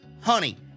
honey